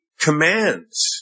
commands